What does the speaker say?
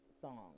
song